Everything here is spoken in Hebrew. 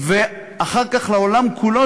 שהונחל אחר כך לעולם כולו,